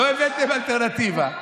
לא הבאתם אלטרנטיבה,